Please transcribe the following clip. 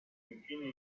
infine